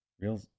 real